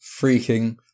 freaking